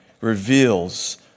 reveals